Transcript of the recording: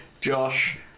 Josh